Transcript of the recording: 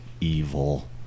evil